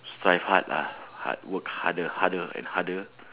strive hard lah hard work harder harder and harder